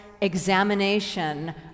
examination